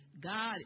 God